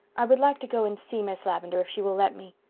i would like to go and see miss lavendar if she will let me.